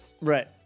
right